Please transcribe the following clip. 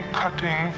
cutting